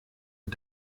und